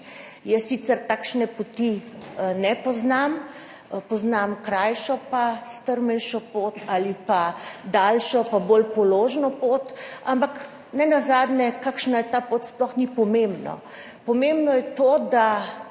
Jaz sicer takšne poti ne poznam. Poznam krajšo pa strmejšo pot ali pa daljšo pa bolj položno pot. Ampak nenazadnje, kakšna je ta pot, sploh ni pomembno. Pomembno je to, da